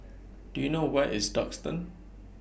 Do YOU know Where IS Duxton